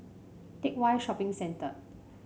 Teck Whye Shopping Centre